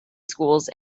schools